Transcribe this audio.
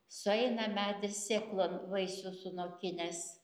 sueina medis sėklon vaisių sunokinęs